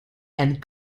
and